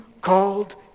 called